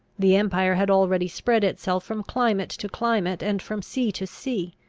the empire had already spread itself from climate to climate, and from sea to sea.